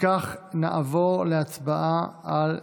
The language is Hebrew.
של קבוצת סיעת הליכוד,